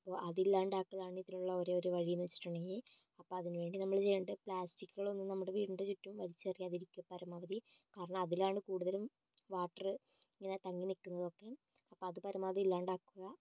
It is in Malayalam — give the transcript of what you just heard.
അപ്പൊൾ അതില്ലാണ്ടാക്കലാണ് ഇതിനുള്ള ഒരേയൊരു വഴി എന്ന് വെച്ചിട്ടുണ്ടെങ്കിൽ അപ്പൊൾ അതിനു വേണ്ടി നമ്മൾ ചെയ്യേണ്ടത് പ്ലാസ്റ്റിക്കുകൾ ഒന്നും നമ്മുടെ വീടിൻ്റെ ചുറ്റും വലിച്ചെറിയാതെ ഇരിക്കുക പരമാവധി കാരണം അതിലാണ് കൂടുതലും വാട്ടർ ഇങ്ങനെ തങ്ങിനിൽക്കുന്നത് ഒക്കെ അപ്പൊൾ അത് പരമാവധി ഇല്ലാണ്ടാക്കുക